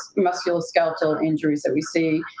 musculoskeletal injuries that we see.